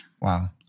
Wow